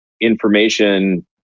information